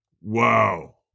Wow